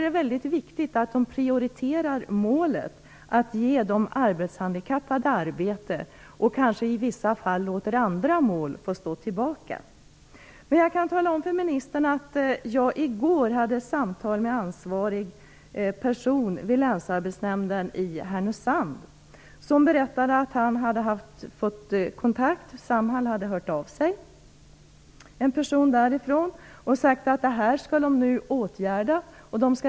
Det är viktigt att de prioriterar målet att ge de arbetshandikappade arbete och att de i vissa fall kanske låter andra mål få stå tillbaka. Jag kan tala om för ministern att jag i går hade ett samtal med en ansvarig person vid Länsarbetsnämnden i Härnösand som berättade att han hade haft kontakt med Samhall. En person därifrån hade hört av sig och sagt att det här nu skall åtgärdas.